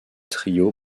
trio